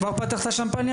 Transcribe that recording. כבר פתחת שמפניה